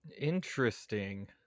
interesting